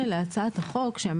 החוק.